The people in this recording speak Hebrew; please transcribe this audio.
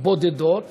בודדות